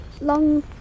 long